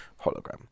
hologram